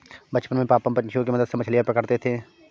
बचपन में पापा पंछियों के मदद से मछलियां पकड़ते थे